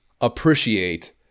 appreciate